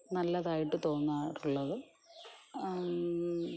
നല്ലതായിട്ട് തോന്നാറുള്ളത്